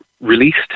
Released